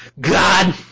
God